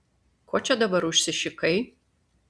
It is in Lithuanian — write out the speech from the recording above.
ko čia dabar užsišikai